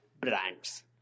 brands